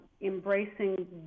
embracing